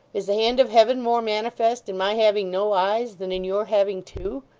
is the hand of heaven more manifest in my having no eyes, than in your having two?